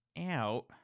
out